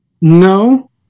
no